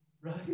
right